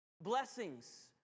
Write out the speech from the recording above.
blessings